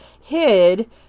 hid